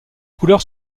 couleurs